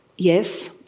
Yes